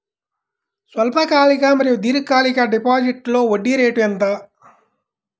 స్వల్పకాలిక మరియు దీర్ఘకాలిక డిపోజిట్స్లో వడ్డీ రేటు ఎంత?